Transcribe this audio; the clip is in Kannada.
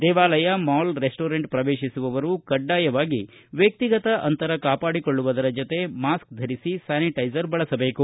ದೇವಾಲಯ ಮಾಲ್ ರೆಸ್ಟೊರೆಂಟ್ ಪ್ರವೇಶಿಸುವವರು ಕಡ್ಡಾಯವಾಗಿ ವ್ಯಕ್ತಿಗತ ಅಂತರ ಕಾಪಾಡಿಕೊಳ್ಳುವುದರ ಜೊತೆಗೆ ಮಾಸ್ಕ್ ಧರಿಸಿ ಸ್ವಾನಿಟೈಜರ್ ಬಳಸಬೇಕು